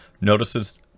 notices